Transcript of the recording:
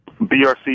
BRC